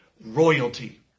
royalty